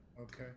Okay